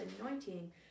anointing